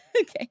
okay